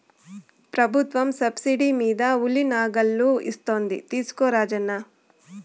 ప్రభుత్వం సబ్సిడీ మీద ఉలి నాగళ్ళు ఇస్తోంది తీసుకో రాజన్న